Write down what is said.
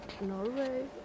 Norway